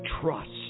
trust